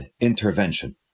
intervention